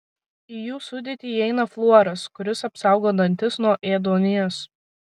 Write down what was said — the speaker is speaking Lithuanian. į jų sudėtį įeina fluoras kuris apsaugo dantis nuo ėduonies